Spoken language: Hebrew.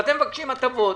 ואתם מבקשים הטבות.